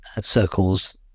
circles